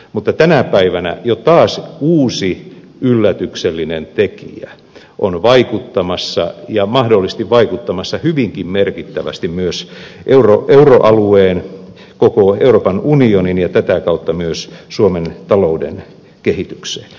mutta tänä päivänä jo taas uusi yllätyksellinen tekijä on vaikuttamassa ja mahdollisesti vaikuttamassa hyvinkin merkittävästi myös euroalueen koko euroopan unionin ja tätä kautta myös suomen talouden kehitykseen